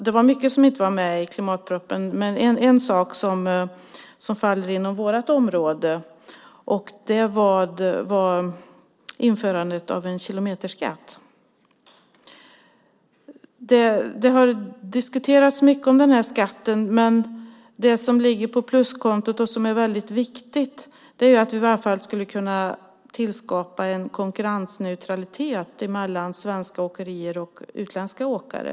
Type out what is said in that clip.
Det var mycket som inte var med i klimatpropositionen, men en sak som faller inom vårt område var införandet av en kilometerskatt. Den här skatten har diskuterats mycket, men det som ligger på pluskontot och som är väldigt viktigt är att vi i varje fall skulle kunna tillskapa en konkurrensneutralitet mellan svenska åkerier och utländska åkare.